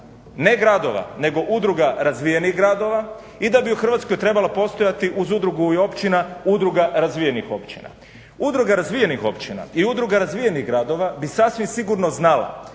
ne gradova nego udruga razvijenih gradova i da bi u Hrvatskoj trebala postojati uz udrugu i općina udruga razvijenih općina. Udruga razvijenih općina i udruga razvijenih gradova bi sasvim sigurno znala